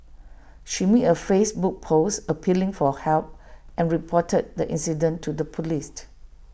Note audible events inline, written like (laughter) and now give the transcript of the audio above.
she made A Facebook post appealing for help and reported the incident to the Police (noise)